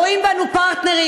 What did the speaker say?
רואים בנו פרטנרים.